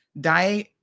Die